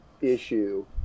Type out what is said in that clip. issue